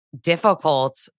difficult